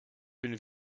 bin